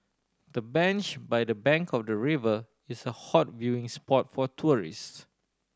the bench by the bank of the river is a hot viewing spot for tourists